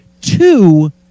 two